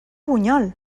bunyol